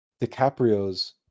dicaprio's